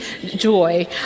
joy